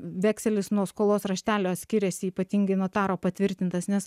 vekselis nuo skolos raštelio skiriasi ypatingai notaro patvirtintas nes